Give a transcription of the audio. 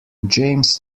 james